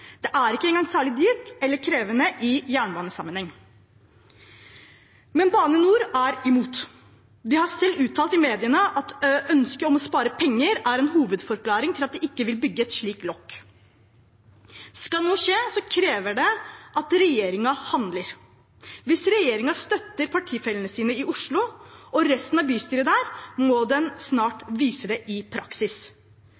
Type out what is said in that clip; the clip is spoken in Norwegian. det er ikke engang særlig dyrt eller krevende i jernbanesammenheng, men Bane NOR er imot. De har selv uttalt i mediene at ønsket om å spare penger er en hovedforklaring på at de ikke vil bygge et slikt lokk. Skal noe skje, krever det at regjeringen handler. Hvis regjeringen støtter partifellene sine og resten av bystyret i Oslo, må den snart